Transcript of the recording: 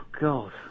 God